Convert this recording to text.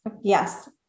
Yes